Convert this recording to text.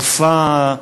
מופע,